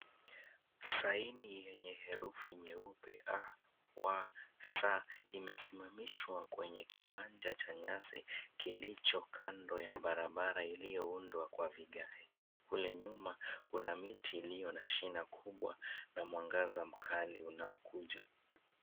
Saini yenye herufi nyeupe a, wa, sa imesimamishwa kwenye kiwanja cha nyasi kilicho kando ya barabara iliyoundwa kwa vigae. Kule nyuma kuna miti iliyo na shina kubwa na mwangaza mkali unaokuja.